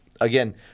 again